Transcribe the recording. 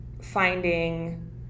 finding